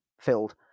filled